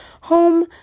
home